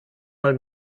mal